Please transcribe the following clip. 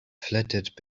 fluttered